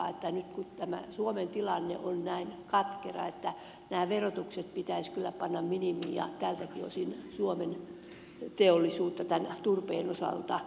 nyt kun tämä suomen tilanne on näin katkera nämä verotukset pitäisi kyllä panna minimiin ja tältäkin osin suomen teollisuutta turpeen osalta on laitettava eteenpäin